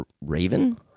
Raven